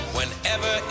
Whenever